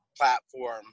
platform